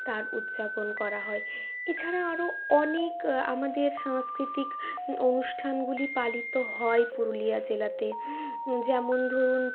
তার উদযাপন করা হয় এছাড়াও আরও অনেক আমাদের সাংস্কৃতিক অনুষ্ঠানগুলি পালিত হয় পুরুলিয়া জেলাতে যেমন ধরুন